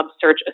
search